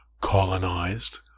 colonized